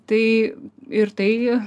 tai ir tai